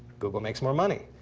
google makes more money.